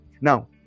Now